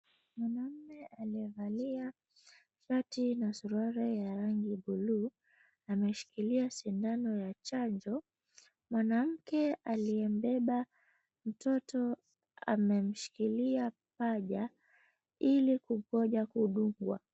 Mwanamume aliyevalia shati na suruali ya rangi buluu, ameshikilia sindano ya chanjo. Mwanamke aliyembeba mtoto, amemshikilia paja, ili paja kudungwa.